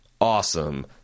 awesome